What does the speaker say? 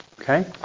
Okay